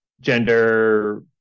gender